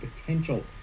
potential